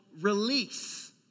release